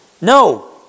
No